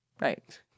Right